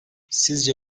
sizce